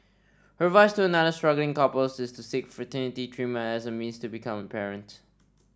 her advice to other struggling couples is to seek fertility treatment as a means to becoming a parent